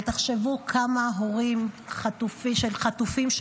אבל תחשבו כמה הורים של חטופים,